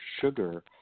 sugar